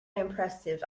impressive